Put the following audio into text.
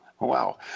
Wow